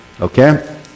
Okay